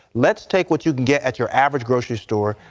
let's take what you can get at your average grocery store,